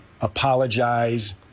apologize